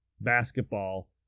basketball